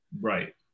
Right